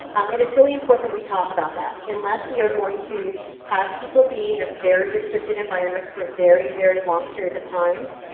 um and it's really important that we talk about that. unless we are going to have people be in a very restricted environment for a very, very long period of time,